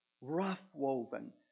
Rough-woven